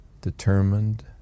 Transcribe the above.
determined